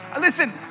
Listen